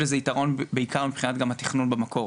ויש לזה יתרון בעיקר גם מבחינת גם התכנון במקור.